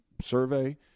survey